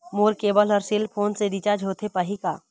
मोर cable हर cell phone से recharge होथे पाही का?